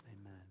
Amen